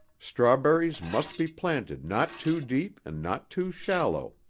strawberries must be planted not too deep and not too shallow,